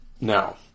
Now